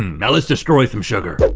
now let's destroy some sugar!